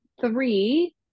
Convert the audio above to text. three